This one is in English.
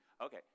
okay